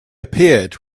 appeared